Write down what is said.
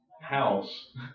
house